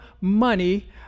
money